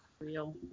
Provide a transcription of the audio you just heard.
Real